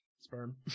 sperm